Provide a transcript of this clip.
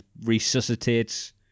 resuscitates